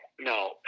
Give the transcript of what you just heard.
no